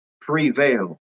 prevail